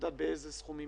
היא יודעת באילו סכומים,